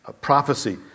prophecy